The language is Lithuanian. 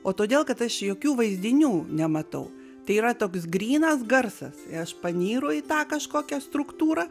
o todėl kad aš jokių vaizdinių nematau tai yra toks grynas garsas aš panyru į tą kažkokią struktūrą